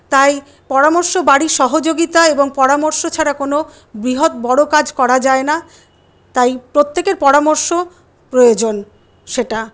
তাই পরামর্শ বাড়ির সহযোগিতা এবং পরামর্শ ছাড়া কোন বৃহৎ বড়ো কাজ করা যায় না তাই প্রত্যেকের পরামর্শ প্রয়োজন সেটা